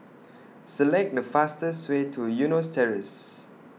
Select The fastest Way to Eunos Terrace